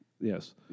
Yes